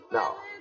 now